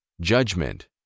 Judgment